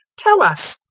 tell us.